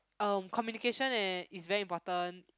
um communication eh is very important